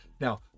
Now